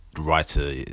writer